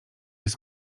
jest